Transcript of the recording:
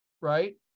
right